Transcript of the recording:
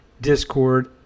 discord